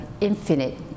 infinite